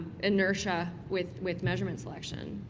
inertia with with measurement selection.